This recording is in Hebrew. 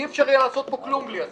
אי אפשר יהיה לעשות פה כלום בלי הסכמות.